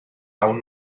aún